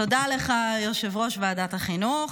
תודה לך, יושב-ראש ועדת החינוך.